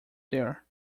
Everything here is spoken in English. there